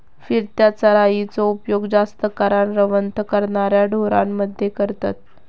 फिरत्या चराइचो उपयोग जास्त करान रवंथ करणाऱ्या ढोरांमध्ये करतत